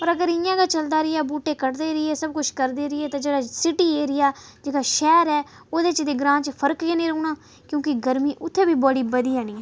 हून अगर इ'यां गै चलदा रेहा अगर बूह्टे कटदे रेह् ते सब कुछ करदे रेह् तां जेह्का सीटी एरिया जेह्का शैह्र ऐ ओह्दे च ते ग्रां च फर्क गै निं रौह्ना क्योंकि गरमी उत्थैं बी बड़ी बधी जानी ऐ